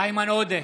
איימן עודה,